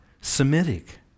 Semitic